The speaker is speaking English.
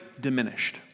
diminished